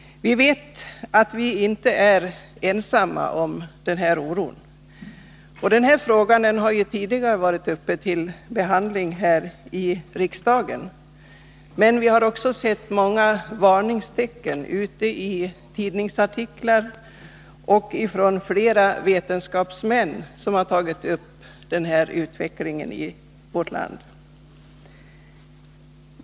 Vi vet att vi inte är ensamma om att hysa den här oron. Frågan har ju tidigare varit uppe till behandling här i riksdagen. Men vi har även sett många varningstecken belysta i tidningsartiklar. Flera vetenskapsmän har också tagit upp denna utveckling i vårt land.